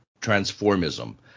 transformism